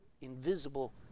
invisible